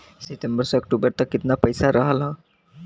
सितंबर से अक्टूबर तक कितना पैसा रहल ह?